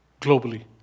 globally